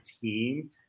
team